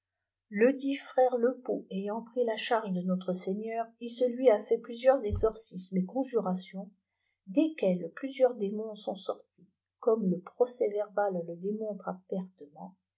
ledit frère lepot ayant pris la chargee notre seigneur iceltiy a fait plusieurs exorcismes et conjurattons desquels plusieurs démons sont sortis comme le procèsverbal le démontre